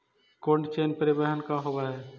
Cold chain परिवहन का होव हइ?